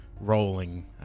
rolling